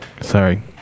sorry